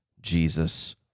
Jesus